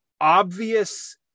obvious